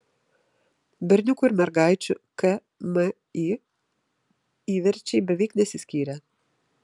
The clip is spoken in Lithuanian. berniukų ir mergaičių kmi įverčiai beveik nesiskyrė